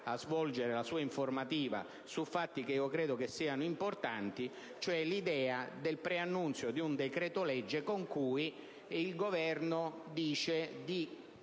a svolgere la sua informativa su fatti che credo siano importanti, cioè l'idea del preannunzio di un decreto‑legge con cui il Governo si